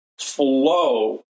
flow